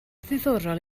ddiddorol